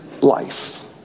life